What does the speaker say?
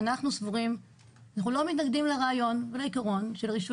אנחנו לא מתנגדים לרעיון ולעיקרון של רישוי